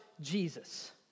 Jesus